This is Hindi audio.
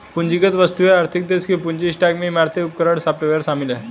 पूंजीगत वस्तुओं आर्थिक देश के पूंजी स्टॉक में इमारतें उपकरण सॉफ्टवेयर शामिल हैं